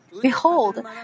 Behold